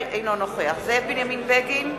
אינו נוכח זאב בנימין בגין,